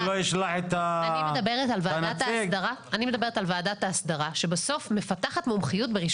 אפשר לקבוע גם שזה יהיה סטנדרט אחיד אבל בסוף צריך אדם